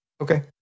Okay